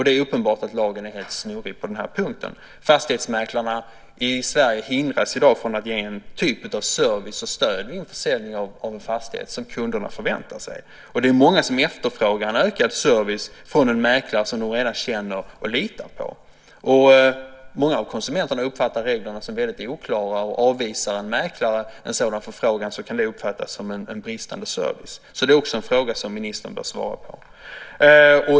Det är uppenbart att lagen på den här punkten är snurrig. Fastighetsmäklarna i Sverige hindras i dag från att ge en typ av service och stöd som kunderna förväntar sig vid försäljning av en fastighet. Det är många som efterfrågar en ökad service från en mäklare som de redan känner och litar på. Många av konsumenterna uppfattar reglerna som väldigt oklara, och om en mäklare avvisar en sådan förfrågan som det gäller kan det uppfattas som en bristande service. Också detta är en fråga som ministern bör svara på.